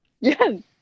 Yes